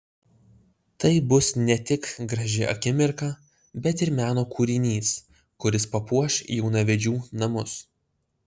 tai bus ne tik graži akimirka bet ir meno kūrinys kuris papuoš jaunavedžių namus